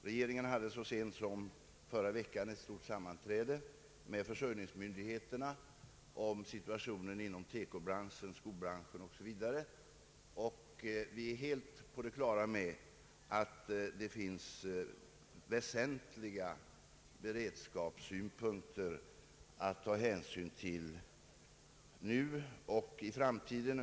Regeringen hade så sent som förra veckan ett stort sammanträde med försörjningsmyndigheterna om situationen inom bl.a. TEKO-branschen. Vi är helt på det klara med att det finns väsentliga beredskapssynpunkter att ta hänsyn till både nu och i framtiden.